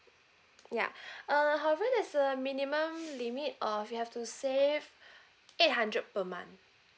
ya err however that's a minimum limit of you have to save eight hundred per month